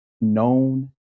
known